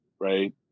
right